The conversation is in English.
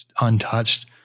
untouched